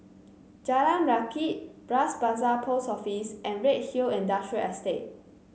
Jalan Rakit Bras Basah Post Office and Redhill Industrial Estate